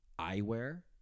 eyewear